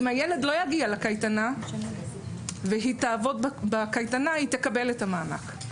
אם הילד לא יגיע לקייטנה והיא תעבוד בקייטנה היא תקבל את המענק.